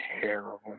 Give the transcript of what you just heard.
terrible